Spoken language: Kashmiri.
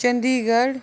چندی گڑھ